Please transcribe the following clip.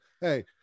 hey